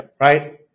right